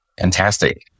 Fantastic